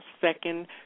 second